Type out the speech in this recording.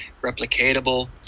replicatable